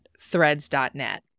threads.net